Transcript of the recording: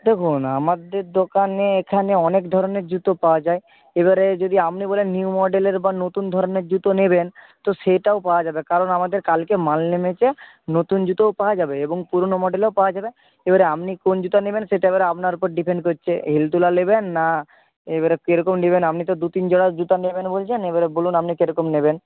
দেখুন আমাদের দোকানে এখানে অনেক ধরনের জুতো পাওয়া যায় এবারে যদি আপনি বলেন যে নিউ মডেলের বা নতুন ধরনের জুতো নেবেন তো সেটাও পাওয়া যাবে কারণ আমাদের কালকে মাল নেমেছে নতুন জুতোও পাওয়া যাবে এবং পুরনো মডেলও পাওয়া যাবে এবারে আপনি কোন জুতো নেবেন সেটা এবারে আপনার উপর ডিপেন্ড করছে হিল তোলা নেবেন না এবারে কীরকম নেবেন আপনি তো দুতিন জোড়া জুতো নেবেন বলছেন এবারে বলুন আপনি কীরকম নেবেন